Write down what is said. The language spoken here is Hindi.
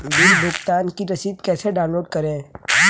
बिल भुगतान की रसीद कैसे डाउनलोड करें?